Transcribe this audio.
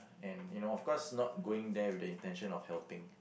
and you know of course not going there with the intention of helping